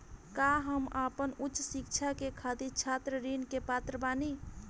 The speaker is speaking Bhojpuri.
का हम आपन उच्च शिक्षा के खातिर छात्र ऋण के पात्र बानी?